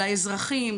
לאזרחים,